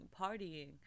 partying